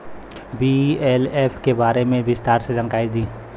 BLF के बारे में विस्तार से जानकारी दी?